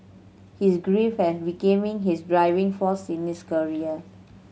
his grief had became his driving force in his career